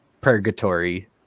purgatory